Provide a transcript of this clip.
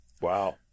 wow